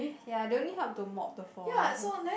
ya I don't need help to mop the floor and this one